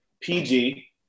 PG